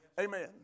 Amen